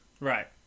Right